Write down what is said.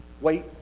Wait